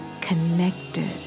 connected